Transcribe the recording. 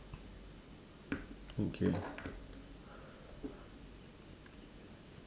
okay